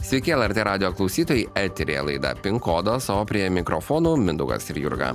sveiki lrt radijo klausytojai eteryje laida pin kodas o prie mikrofonų mindaugas ir jurga